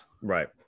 right